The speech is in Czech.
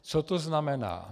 Co to znamená?